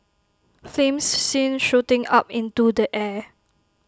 flames seen shooting up into the air